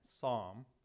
Psalm